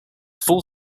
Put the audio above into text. full